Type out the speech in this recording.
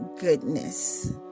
goodness